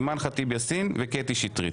אימאן ח'טיב יאסין וקטי קטרין שטרית.